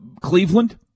Cleveland